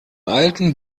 alten